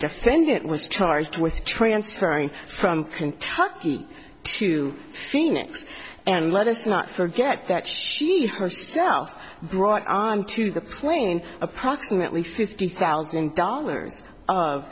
defendant was charged with transferring from kentucky to phoenix and let us not forget that she herself brought onto the plane approximately fifty thousand dollar